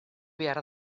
behar